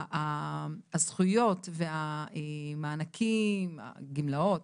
הזכויות, המענקים והגמלאות